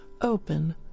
open